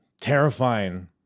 terrifying